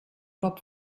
pop